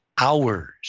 hours